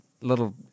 Little